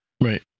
Right